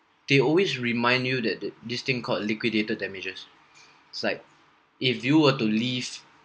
they always remind you that the this thing called liquidated damages it's like if you were to leave